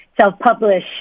self-publish